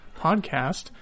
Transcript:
podcast